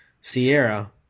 Sierra